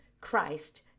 Christ